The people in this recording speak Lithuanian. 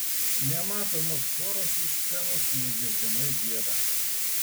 nematomas choras už scenos negirdimai gieda